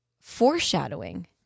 foreshadowing